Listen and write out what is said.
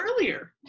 earlier